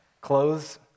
clothes